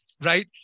Right